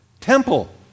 Temple